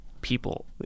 people